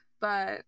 but-